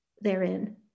therein